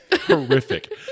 Horrific